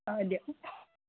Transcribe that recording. অঁ দিয়ক